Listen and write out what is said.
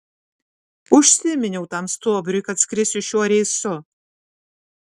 užsiminiau tam stuobriui kad skrisiu šiuo reisu